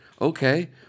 Okay